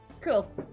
Cool